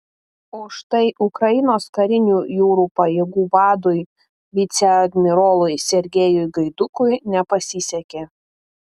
o štai ukrainos karinių jūrų pajėgų vadui viceadmirolui sergejui gaidukui nepasisekė